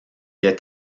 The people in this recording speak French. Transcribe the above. est